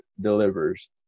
delivers